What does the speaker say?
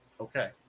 Okay